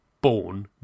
born